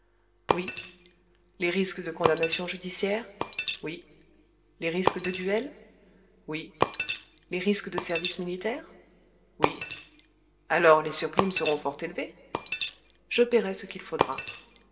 oui les risques de condamnation judiciaire oui les risques de duel oui les risques de service militaire oui alors les surprimes seront fort élevées je paierai ce qu'il faudra